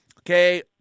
Okay